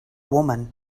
woman